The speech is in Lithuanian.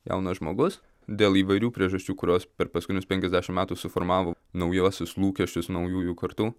jaunas žmogus dėl įvairių priežasčių kurios per paskutinius penkiasdešimt metų suformavo naujuosius lūkesčius naujųjų kartų